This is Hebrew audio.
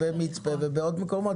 במצפה רמון ובעוד מקומות.